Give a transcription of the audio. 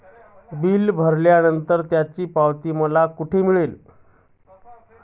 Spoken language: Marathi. बिल भरल्यानंतर त्याची पावती मला कुठे मिळेल?